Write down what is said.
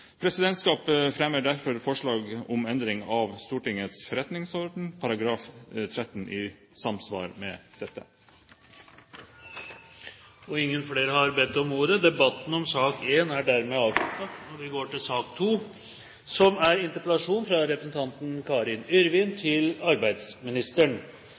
Presidentskapet fremmer derfor forslag om endring av Stortingets forretningsorden § 13 i samsvar med dette. Flere har ikke bedt om ordet til sak